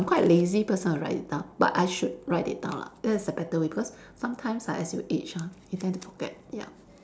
I'm quite lazy person to write it down but I should write it down lah that's a better way because sometimes ah as you age ha you tend to forget ya